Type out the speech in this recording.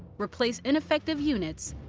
replace ineffective units,